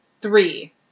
Three